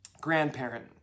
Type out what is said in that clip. grandparent